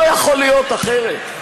לא יכול להיות אחרת.